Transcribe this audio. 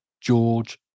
George